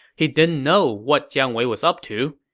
he didn't know what jiang wei was up to.